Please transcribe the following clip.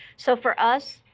so for us,